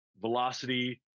velocity